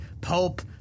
Pope